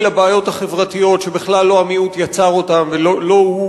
לבעיות החברתיות שבכלל לא המיעוט יצר אותן ולא הוא